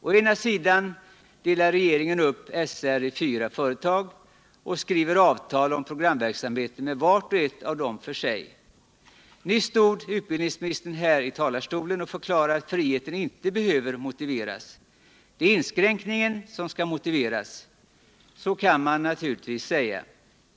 Regeringen delar upp SR i fyra företag och skriver avtal om programverksamheten med vart och ett av dem för sig. Nyss stod utbildningsministern här i talarstolen och förklarade att friheten inte behöver motiveras; det är inskränkningen som skall motiveras. Så kan man naturligtvis säga.